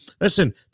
listen